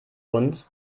uns